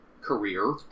career